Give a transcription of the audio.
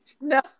No